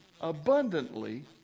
abundantly